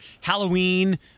Halloween